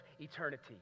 eternity